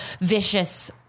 vicious